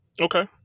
okay